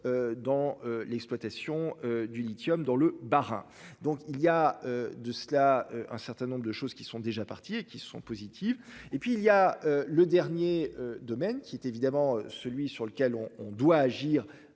Dans l'exploitation du lithium dans le Bas-Rhin. Donc il y a de cela un certain nombre de choses qui sont déjà partis et qui sont positives et puis il y a le dernier domaine, qui est évidemment celui sur lequel on on doit agir